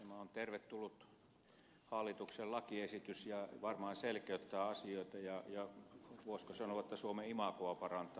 tämä on tervetullut hallituksen lakiesitys ja varmaan selkeyttää asioita ja voisiko sanoa suomen imagoa parantaa